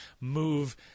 move